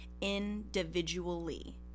individually